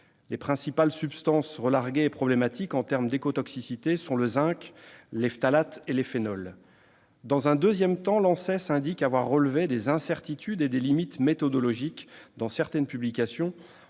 Les principales substances relarguées et problématiques en termes d'écotoxicité sont le zinc, les phtalates et les phénols. Dans un deuxième temps, l'ANSES indique avoir relevé « des incertitudes et limites méthodologiques » dans certaines publications,